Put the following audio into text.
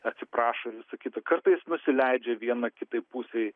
atsiprašo visa kita kartais nusileidžia viena kitai pusei